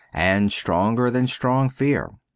and stronger than strong fear.